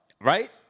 Right